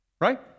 Right